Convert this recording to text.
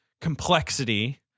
complexity